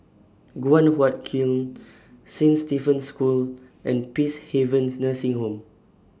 Guan Huat Kiln Saint Stephen's School and Peacehaven Nursing Home